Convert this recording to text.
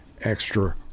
extra